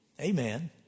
amen